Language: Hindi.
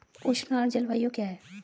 उष्ण आर्द्र जलवायु क्या है?